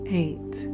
eight